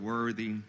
Worthy